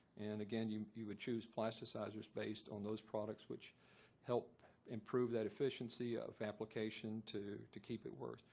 and again, you you would choose plasticizers based on those products which help improve that efficiency of application to to keep it worth.